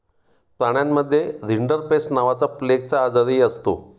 प्राण्यांमध्ये रिंडरपेस्ट नावाचा प्लेगचा आजारही असतो